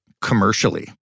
commercially